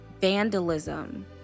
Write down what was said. vandalism